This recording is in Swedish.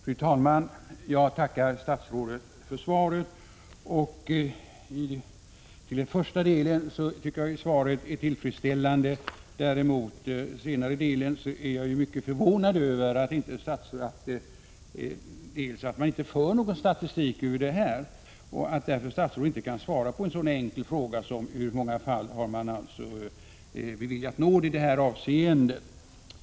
Fru talman! Jag tackar statsrådet för svaret. Den första delen tycker jag är tillfredsställande. Beträffande den senare delen är jag däremot mycket förvånad över att man inte för någon statistik i frågan och att statsrådet därför inte kan svara på en så enkel fråga som i hur många fall man har beviljat nåd i den här typen av ärenden.